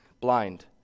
blind